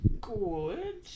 good